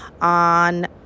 on